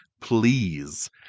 please